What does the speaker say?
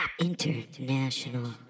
International